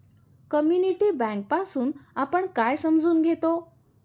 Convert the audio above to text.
Community bank पासुन आपण काय समजून घेतो?